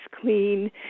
clean